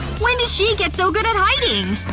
when did she get so good at hiding?